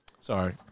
Sorry